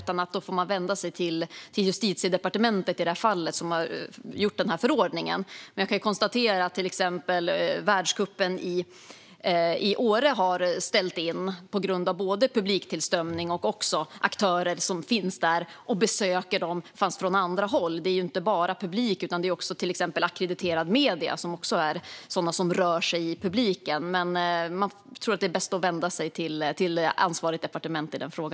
Man får i stället vända sig till Justitiedepartementet som har utfärdat denna förordning. Men jag kan konstatera att till exempel Världscupen i Åre har ställts in på grund av både publiktillströmning och andra aktörer som besöker Åre. Det handlar inte bara om publik utan även till exempel om ackrediterade medier som rör sig i publiken. Men jag tror alltså att det är bäst att vända sig till ansvarigt departement i denna fråga.